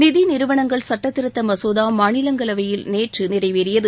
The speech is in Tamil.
நிதி நிறுவனங்கள் சட்டத் திருத்த மசோதா மாநிலங்களவையில் நேற்று நிறைவேறியது